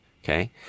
Okay